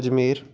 Ajmer